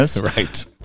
right